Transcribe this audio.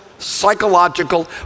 psychological